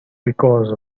because